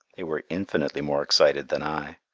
they were infinitely more excited than i.